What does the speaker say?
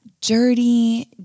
dirty